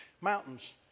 mountains